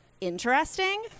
interesting